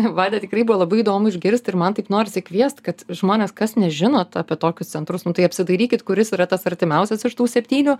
vaida tikrai buvo labai įdomu išgirst ir man taip norisi kviest kad žmonės kas nežinot apie tokius centrus nu tai apsidairykit kuris yra tas artimiausias iš tų septynių